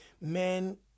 men